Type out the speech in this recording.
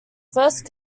first